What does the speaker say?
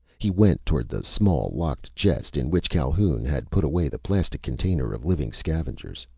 he went toward the small locked chest in which calhoun had put away the plastic container of living scavengers.